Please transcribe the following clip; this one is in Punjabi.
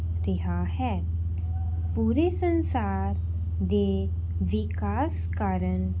ਰਿਹਾ ਹੈ ਪੂਰੇ ਸੰਸਾਰ ਦੇ ਵਿਕਾਸ ਕਾਰਨ